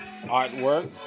artwork